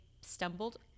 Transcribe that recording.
stumbled